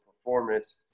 performance